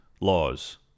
laws